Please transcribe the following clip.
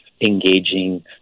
engaging